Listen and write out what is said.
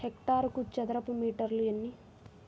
హెక్టారుకు చదరపు మీటర్లు ఎన్ని?